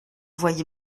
voyez